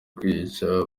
kuyica